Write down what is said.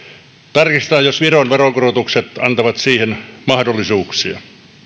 tarkistetaan jos viron veronkorotukset antavat siihen mahdollisuuksia